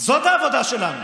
זאת העבודה שלנו.